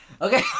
Okay